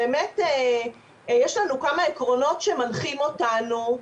יש לנו כמה עקרונות שמנחים אותנו,